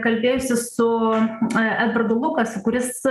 kalbėjusi su edvardu lukasu kuris